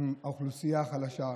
ועם האוכלוסייה החלשה?